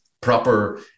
proper